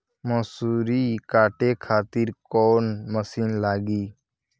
मसूरी काटे खातिर कोवन मसिन लागी?